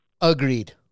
agreed